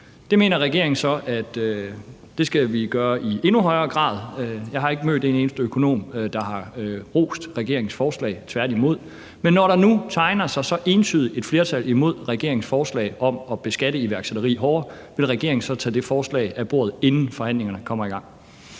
det mener regeringen så at vi skal gøre i endnu højere grad. Jeg har ikke mødt en eneste økonom, der har rost regeringens forslag, tværtimod. Men når der nu tegner sig et så entydigt flertal imod regeringens forslag om at beskatte iværksætteri hårdere, vil regeringen så tage det forslag af bordet, inden forhandlingerne kommer i gang?